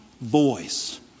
voice